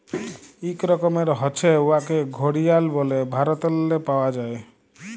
ইক রকমের হছে উয়াকে ঘড়িয়াল ব্যলে ভারতেল্লে পাউয়া যায়